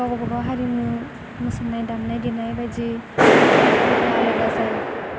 गाव गावबा हारिमु मुसुरनाय दामनाय देनाय बायदि